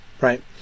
right